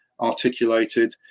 articulated